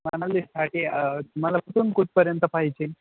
मनालीसाठी तुम्हाला कुठून कुठपर्यंत पाहिजे